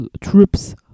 troops